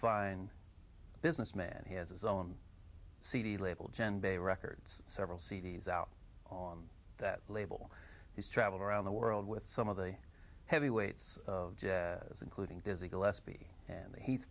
fine businessman he has his own cd label jendayi records several c d s out on that label he's traveled around the world with some of the heavyweights as including dizzy gillespie and he's